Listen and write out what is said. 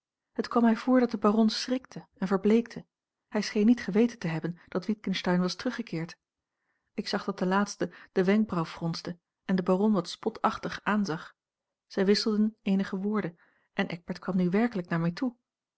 het kwam mij voor dat de baron schrikte en verbleekte hij scheen niet geweten te hebben a l g bosboom-toussaint langs een omweg dat witgensteyn was teruggekeerd ik zag dat de laatste de wenkbrauw fronste en den baron wat spotachtig aanzag zij wisselden eenige woorden en eckbert kwam nu werkelijk naar mij toe